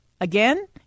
Again